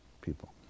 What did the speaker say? people